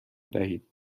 دهید